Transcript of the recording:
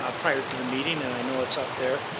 ah prior to the meeting, and i know it's up there,